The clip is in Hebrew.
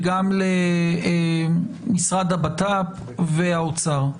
למשרד הבט"פ והאוצר.